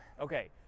Okay